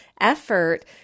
effort